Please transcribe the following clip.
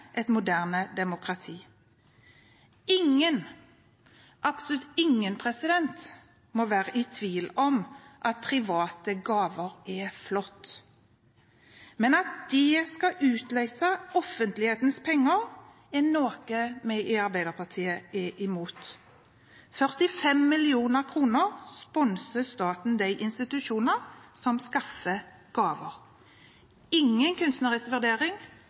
et moderne demokrati. Ingen, absolutt ingen, må være i tvil om at private gaver er flott. Men at det skal utløse offentlighetens penger, er noe vi i Arbeiderpartiet er imot. 45 mill. kr sponser staten de institusjonene som skaffer gaver, med. Det er ingen kunstnerisk vurdering,